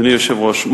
אדוני היושב-ראש,